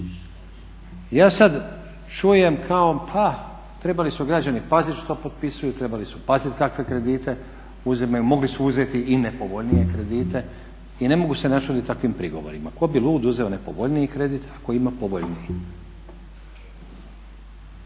Ja sada čujem kao pa trebali su građani paziti što potpisuju, trebali su paziti kakve kredite uzimaju, mogli su uzeti i nepovoljnije kredite. I ne mogu se načuditi takvim prigovorima, tko bi lud uzeo nepovoljniji kredit ako ima povoljniji?